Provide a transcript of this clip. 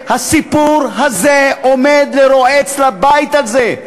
הסיפור הזה הוא לרועץ לבית הזה.